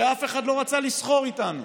כשאף אחד לא רצה לסחור איתנו,